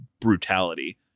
brutality